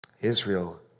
Israel